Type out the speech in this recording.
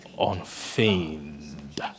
Unfeigned